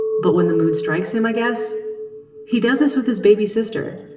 but when the mood strikes him. i guess he does this with his baby sister.